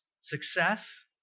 Success